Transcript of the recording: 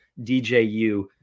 DJU